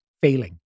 failing